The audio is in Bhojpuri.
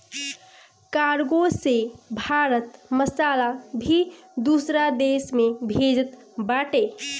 कार्गो से भारत मसाला भी दूसरा देस में भेजत बाटे